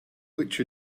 which